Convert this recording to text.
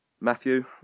Matthew